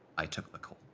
i took the call.